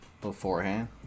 beforehand